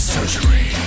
Surgery